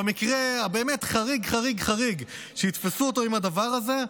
במקרה החריג-חריג-חריג שיתפסו אותו עם הדבר הזה,